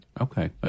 Okay